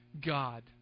God